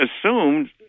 assumed